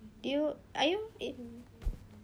do you are you in